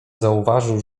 zauważył